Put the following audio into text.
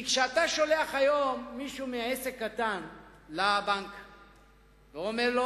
כי כשאתה שולח היום לבנק מישהו מעסק קטן ואומר לו,